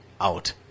out